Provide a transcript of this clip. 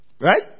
Right